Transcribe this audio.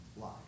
life